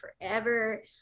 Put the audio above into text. forever